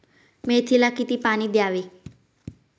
मेथीला किती पाणी द्यावे?